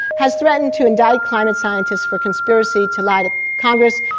has threatened to indict climate scientists for conspiracy to lie to congress,